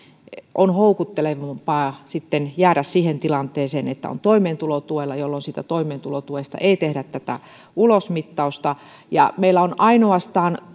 on houkuttelevampaa sitten jäädä siihen tilanteeseen että on toimeentulotuella jolloin siitä toimeentulotuesta ei tehdä tätä ulosmittausta meillä on tänä päivänä ainoastaan